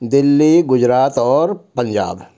دہلی گجرات اور پنجاب